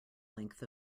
length